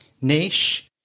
niche